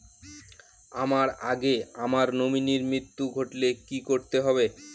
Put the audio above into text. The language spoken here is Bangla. আমার আগে আমার নমিনীর মৃত্যু ঘটলে কি করতে হবে?